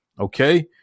okay